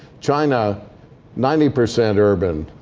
china ninety percent urban.